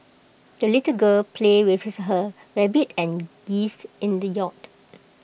the little girl played with her rabbit and geese in the yard